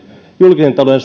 julkisen talouden